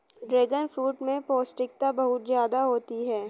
dragon fruit में पौष्टिकता बहुत ज्यादा होती है